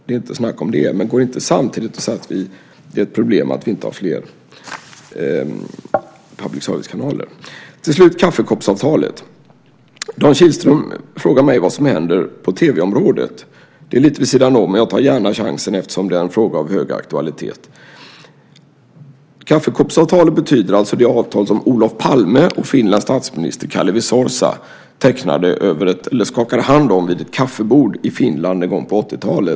Det är inte snack om det, men det går inte samtidigt att säga att det är ett problem att vi inte har fler public service kanaler. Till slut gäller det kaffekoppsavtalet. Dan Kihlström frågar mig vad som händer på tv-området. Det är lite vid sidan om, och jag tar gärna chansen eftersom det är en fråga av hög aktualitet. Kaffekoppsavtalet är det avtal som Olof Palme och Finlands statsminister Kalevi Sorsa skakade hand om över ett kaffebord i Finland en gång på 80-talet.